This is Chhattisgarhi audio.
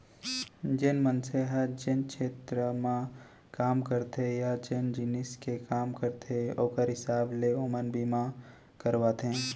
जेन मनसे ह जेन छेत्र म काम करथे या जेन जिनिस के काम करथे ओकर हिसाब ले ओमन बीमा करवाथें